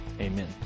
Amen